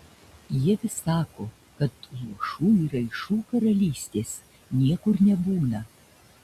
jie vis sako kad luošų ir raišų karalystės niekur nebūna